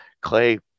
clay